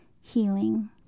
healing